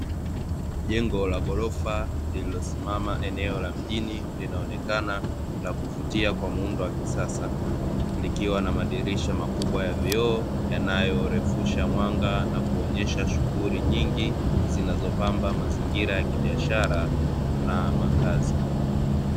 Jengo la ghorofa lililosimama eneo la mjini, linaoneka lakuvutia kwa muundo wa kisasa, likiwa na madirisha makubwa ya vioo, yanayorefusha mwanga na kuonyesha shughuli nyingi, zinazopamba mazingira ya kibiashara na makazi.